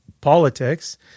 politics